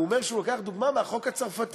הוא אומר שהוא לוקח דוגמה מהחוק הצרפתי.